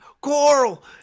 coral